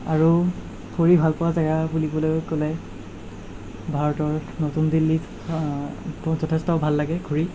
আৰু ফুৰি ভালপোৱা জেগা বুলিবলৈ ক'লে ভাৰতৰ নতুন দিল্লীত যথেষ্ট ভাল লাগে ঘূৰি